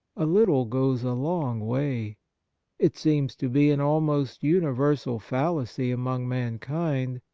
a little goes a long way it seems to be an almost universal fallacy among mankind,